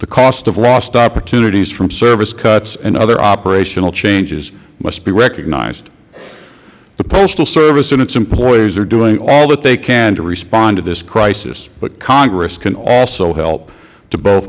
the cost of lost opportunities from service cuts and other operational changes must be recognized the postal service and its employees are doing all that they can to respond to this crisis but congress can also help to both